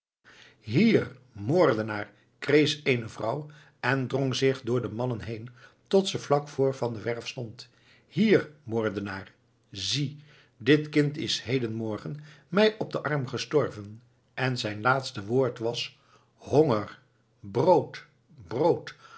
hier moordenaar kreesch eene vrouw en drong zich door de mannen heen tot ze vlak voor van der werff stond hier moordenaar zie dit kind is heden morgen mij op den arm gestorven en zijn laatste woord was honger brood brood